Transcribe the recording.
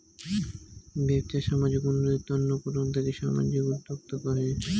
বেপছা সামাজিক উন্নতির তন্ন করাঙ তাকি সামাজিক উদ্যক্তা কহে